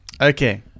Okay